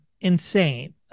insane